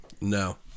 No